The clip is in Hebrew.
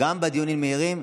לסדר-היום וגם בדיונים המהירים.